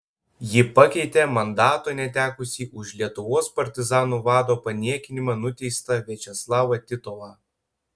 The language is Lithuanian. ji pakeitė mandato netekusį už lietuvos partizanų vado paniekinimą nuteistą viačeslavą titovą